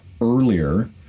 earlier